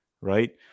right